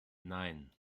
nein